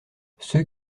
ceux